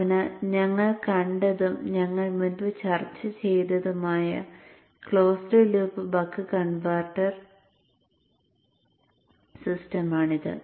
അതിനാൽ ഞങ്ങൾ കണ്ടതും ഞങ്ങൾ മുമ്പ് ചർച്ച ചെയ്തതുമായ ക്ലോസ്ഡ് ലൂപ്പ് ബക്ക് കൺവെർട്ടർ സിസ്റ്റമാണിത്